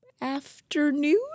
Afternoon